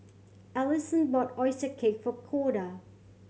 Allisson bought oyster cake for Koda